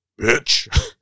Bitch